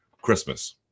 christmas